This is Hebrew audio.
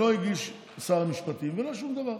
לא הגיש שר המשפטים ולא שום דבר.